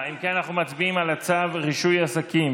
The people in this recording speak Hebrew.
אנחנו מצביעים על הצעת צו רישוי עסקים